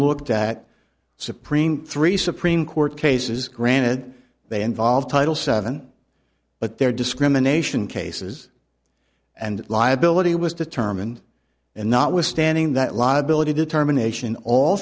looked at supreme three supreme court cases granted they involve title seven but there discrimination cases and liability was determined and notwithstanding that liability determination all